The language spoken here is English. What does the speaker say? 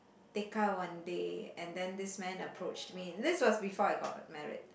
Tekka one day and then this man approached me this was before I got married